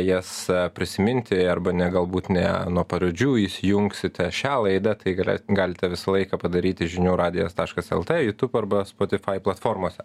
jas prisiminti arba ne galbūt ne nuo pradžių įsijungsite šią laidą tai yra galite visą laiką padaryti žinių radijo taškas lt jutub arba spotifai platformose